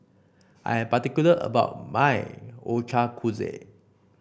I'm particular about my Ochazuke